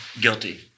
guilty